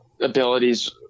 abilities